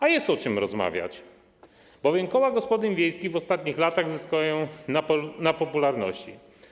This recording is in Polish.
A jest o czym rozmawiać, bowiem koła gospodyń wiejskich w ostatnich latach zyskują na popularności.